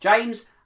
James